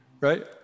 Right